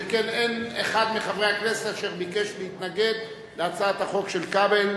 שכן אין אחד מחברי הכנסת אשר ביקש להתנגד להצעת החוק של כבל